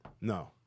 No